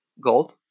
gold